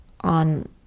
on